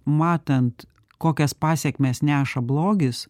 matant kokias pasekmes neša blogis